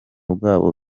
bwabo